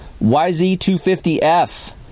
YZ250F